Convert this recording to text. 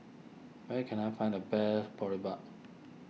where can I find the best Boribap